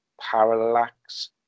parallax